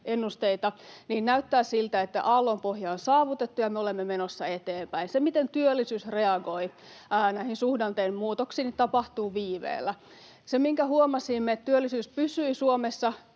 ennusteita, näyttää siltä, että aallonpohja on saavutettu ja me olemme menossa eteenpäin. Se, miten työllisyys reagoi näihin suhdanteen muutoksiin, tapahtuu viiveellä. Sen huomasimme, että työllisyys pysyi Suomessa